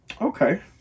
Okay